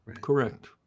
Correct